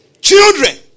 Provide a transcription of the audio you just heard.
Children